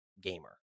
gamer